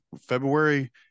February